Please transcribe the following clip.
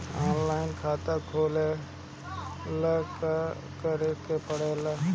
Online खाता खोले ला का का करे के पड़े ला?